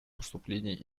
поступлений